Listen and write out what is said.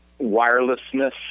Wirelessness